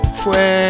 fue